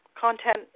content